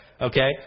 Okay